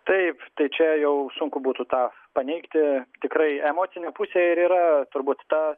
taip tai čia jau sunku būtų tą paneigti tikrai emocinė pusė iryra turbūt ta